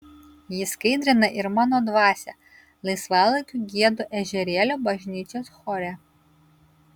ji skaidrina ir mano dvasią laisvalaikiu giedu ežerėlio bažnyčios chore